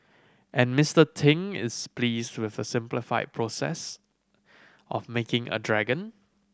and Mister Ting is pleased with the simplified process of making a dragon